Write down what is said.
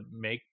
make